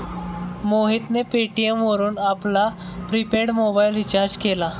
मोहितने पेटीएम वरून आपला प्रिपेड मोबाइल रिचार्ज केला